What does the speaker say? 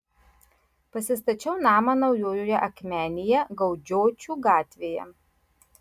pasistačiau namą naujojoje akmenėje gaudžiočių gatvėje